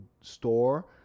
store